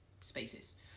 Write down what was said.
spaces